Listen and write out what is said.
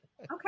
Okay